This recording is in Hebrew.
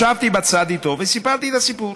ישבתי בצד איתו וסיפרתי את הסיפור.